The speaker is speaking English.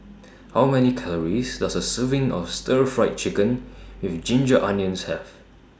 How Many Calories Does A Serving of Stir Fried Chicken with Ginger Onions Have